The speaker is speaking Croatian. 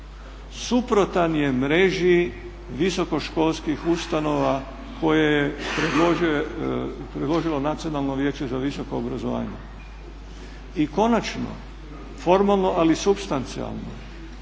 Suprotan je mreži visokoškolskih ustanova koje je predložilo Nacionalno vijeće za visoko obrazovanje. I konačno, formalno ali supstancijalno,